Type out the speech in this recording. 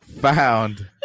Found